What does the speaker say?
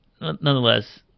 nonetheless